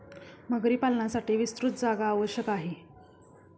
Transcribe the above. मगरी पालनासाठी विस्तृत जागा आवश्यक आहे